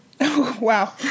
Wow